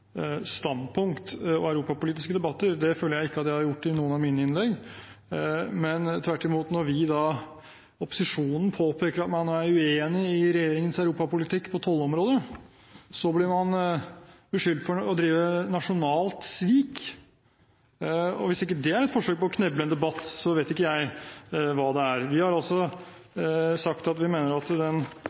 standpunkt i europapolitiske debatter. Det føler jeg ikke at jeg har gjort i noen av mine innlegg. Men når vi i opposisjonen tvert imot påpeker at man er uenig i regjeringens europapolitikk på tollområdet, blir man beskyldt for å drive nasjonalt svik. Hvis ikke det er et forsøk på å kneble en debatt, vet ikke jeg hva det er. Vi har altså sagt at vi mener at den